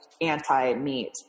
anti-meat